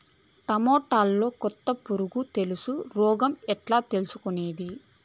టమోటాలో కొత్త పులుగు తెలుసు రోగం ఎట్లా తెలుసుకునేది?